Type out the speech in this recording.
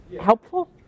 helpful